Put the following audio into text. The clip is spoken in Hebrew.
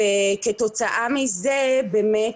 ולהחליט מה אנחנו רוצים לבדוק.